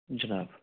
جِناب